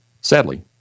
Sadly